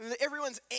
everyone's